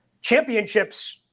championships